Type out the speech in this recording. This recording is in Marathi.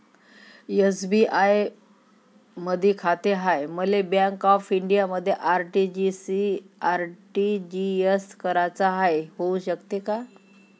एस.बी.आय मधी खाते हाय, मले बँक ऑफ इंडियामध्ये आर.टी.जी.एस कराच हाय, होऊ शकते का?